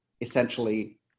essentially